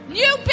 new